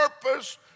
purpose